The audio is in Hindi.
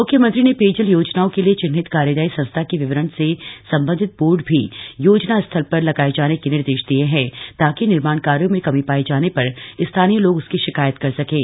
म्ख्यमंत्री ने पेयजल योजनाओं के लिए चिन्हित कार्यदायी संस्था के विवरण से संबंधित बोर्ड भी योजना स्थल पर लगाये जाने के निर्देश दिये हैं ताकि निर्माण कार्यों में कमी पाये जाने पर स्थानीय लोग उसकी शिकायत कर सकें